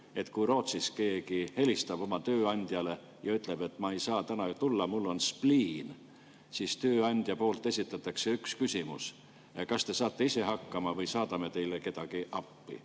et kui Rootsis keegi helistab oma tööandjale ja ütleb: "Ma ei saa täna tulla, mul on spliin," siis tööandja esitab ühe küsimuse: "Kas te saate ise hakkama või saadame kedagi teile